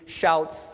shouts